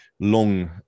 long